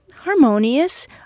harmonious